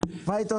כמה שקלים כאלה?